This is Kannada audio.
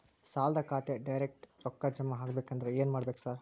ಸಾಲದ ಖಾತೆಗೆ ಡೈರೆಕ್ಟ್ ರೊಕ್ಕಾ ಜಮಾ ಆಗ್ಬೇಕಂದ್ರ ಏನ್ ಮಾಡ್ಬೇಕ್ ಸಾರ್?